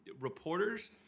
reporters